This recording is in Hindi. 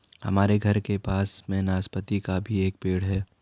हमारे घर के पास में नाशपती का भी एक पेड़ है